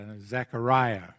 Zechariah